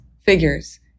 figures